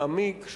מעמיק,